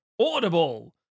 Audible